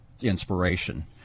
inspiration